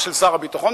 שר הביטחון,